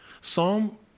Psalm